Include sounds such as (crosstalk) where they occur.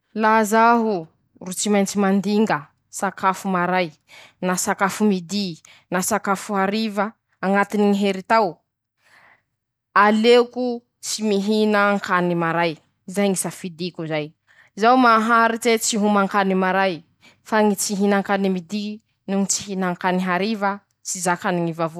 Reto aby ñy raha mañitsy bakaminy ñy faritsy hafa añy, aminy ñ'izao tontolo izao ka teako hampiasa: (shushes) -Ñy saforon baka an'indy añy io no baka a pèrsia, -Manahaky anizay ñy simaky, baka a toroki'eo no baka moyen orien añy; -Ñy kiry, baka an'indy.